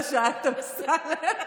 שעת אמסלם.